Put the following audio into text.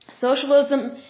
socialism